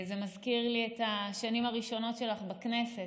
זה מזכיר לי את השנים הראשונות שלך בכנסת,